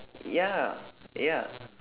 ya ya